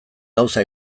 gauza